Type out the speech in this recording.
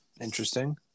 Interesting